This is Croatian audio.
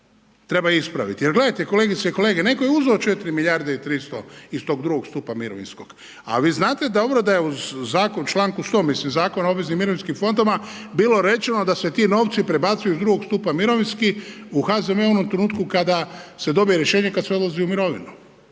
treba ispraviti. Jer gledajte kolegice i kolege, netko je uzeo 4 milijarde i 300 iz tog II. stupa mirovinskog a vi znate dobro da je uz zakon u članku 100., mislim Zakon o obveznim mirovinskim fondovima bilo rečeno da se ti novci prebacuju iz II. stupa mirovinski u HZMO u ovom trenutku kada se dobije rješenje, kad svi odlaze u mirovinu